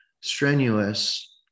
strenuous